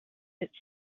its